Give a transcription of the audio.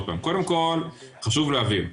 קודם כל חשוב להבין.